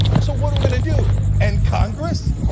so what are we going to do, end congress?